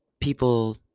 People